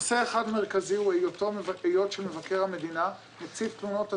נושא אחד מרכזי הוא היותו של מבקר המדינה נציב תלונות הציבור.